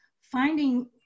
finding